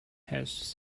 has